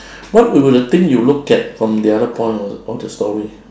what will be the thing you look at from the point of of the story